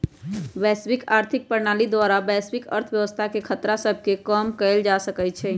वैश्विक आर्थिक प्रणाली द्वारा वैश्विक अर्थव्यवस्था के खतरा सभके कम कएल जा सकइ छइ